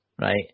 right